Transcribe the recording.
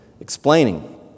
explaining